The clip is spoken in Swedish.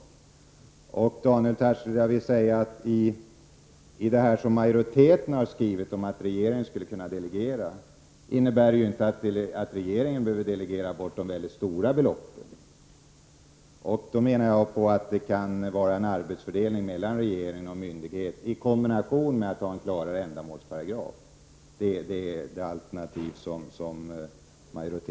Till Daniel Tarschys vill jag säga att det som majoriteten har skrivit om att regeringen skulle kunna delegera ju inte innebär att regeringen behöver delegera bort de mycket stora beloppen. Jag menar att det kan ske en arbetsfördelning mellan regeringen och myndigheterna i kombination med en kla rare ändamålsparagraf. Det är det alternativ som majoriteten har förordat. — Prot.